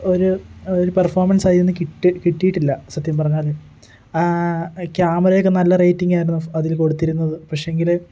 ഒരു ഒരു പെർഫോമൻസ് അതിൽ നിന്ന് കിട്ടി കിട്ടിയിട്ടില്ല സത്യം പറഞ്ഞാൽ ക്യാമറയൊ ക്കെ നല്ല റേറ്റിംഗ് ആയിരുന്നു അതിൽ കൊടുത്തിരുന്നത് പക്ഷേ എങ്കിൽ